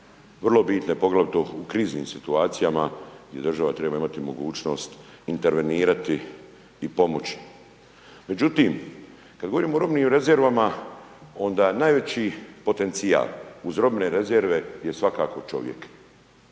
vrlo bitne, poglavito u kriznim situacijama i država treba imati mogućnost intervenirati i pomoći. Međutim, kad govorimo o robnim rezervama, onda najveći potencijal uz robne rezerve je svakako čovjek.